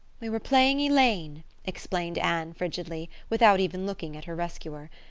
we were playing elaine explained anne frigidly, without even looking at her rescuer,